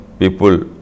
people